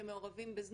שמעורבים בזנות.